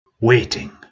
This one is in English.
waiting